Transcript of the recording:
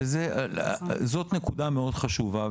וזאת נקודה מאוד חשובה.